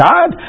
God